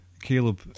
Caleb